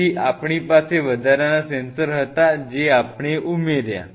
તેથી આપ ણી પાસે વધારાના સેન્સર હતા જે આપણે ઉમેર્યા